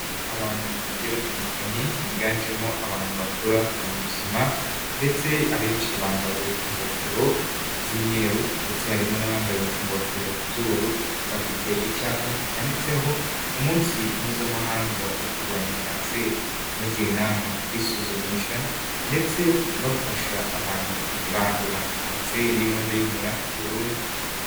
Abantu bagiye batandukanye biganjemo abantu bakora mu buzima ndetse abenshi bambaye ingofero z'imyeru ndetse harimo n'abambaye ingofero z'ubururu, bafite icyapa cyanditseho umunsi mpuzamahanga wo kurwanya kanseri nagira inama kwisuzumisha ndetse bafasha abantu kurandura kanseri y'inkondo y'umura burundu.